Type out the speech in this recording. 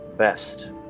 best